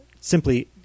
simply